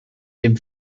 dem